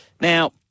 now